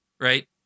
right